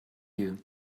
you